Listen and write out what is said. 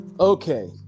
Okay